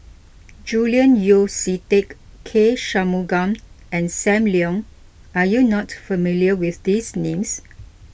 Julian Yeo See Teck K Shanmugam and Sam Leong are you not familiar with these names